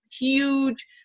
huge